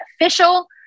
official